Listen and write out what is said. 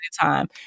time